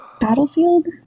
Battlefield